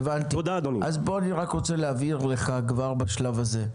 צחי, אני רק רוצה להבהיר לך כבר בשלב הזה,